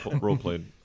role-played